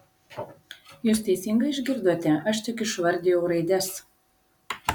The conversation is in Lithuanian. jūs teisingai išgirdote aš tik išvardijau raides